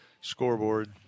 scoreboard